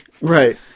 right